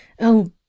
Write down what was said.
Oh